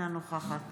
אינה נוכחת